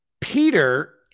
Peter